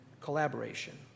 collaboration